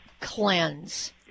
cleanse